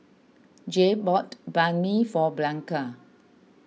Jayde bought Banh Mi for Blanca